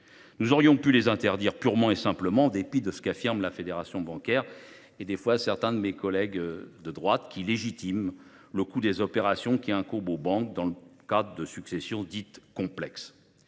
Nous aurions pu les interdire purement et simplement, en dépit de ce qu’affirment la Fédération bancaire française et, parfois, certains de nos collègues de droite, qui légitiment le coût des opérations qui incombent aux banques dans le cadre de successions dites complexes.